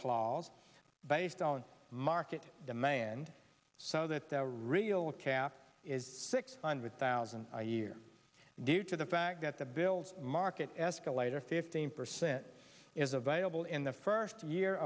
clause based on market demand so that the real cap is six hundred thousand a year due to the fact that the bill's market escalator fifteen percent is available in the first year